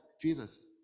Jesus